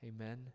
Amen